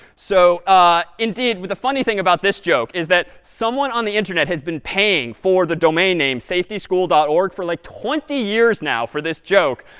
so ah indeed, the funny thing about this joke is that someone on the internet has been paying for the domain name safetyschool dot org for, like, twenty years now for this joke,